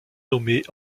nommée